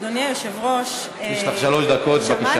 אדוני היושב-ראש, יש לך שלוש דקות, בבקשה.